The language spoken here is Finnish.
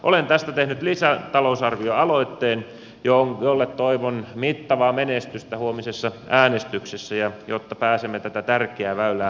olen tästä tehnyt lisätalousarvioaloitteen jolle toivon mittavaa menestystä huomisessa äänestyksessä jotta pääsemme tätä tärkeää väylää rakentamaan eteenpäin